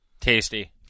Tasty